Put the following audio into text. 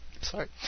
Sorry